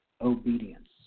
obedience